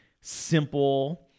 simple